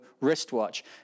wristwatch